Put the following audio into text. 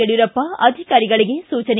ಯಡಿಯೂರಪ್ಪ ಅಧಿಕಾರಿಗಳಿಗೆ ಸೂಚನೆ